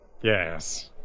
yes